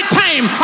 time